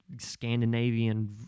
Scandinavian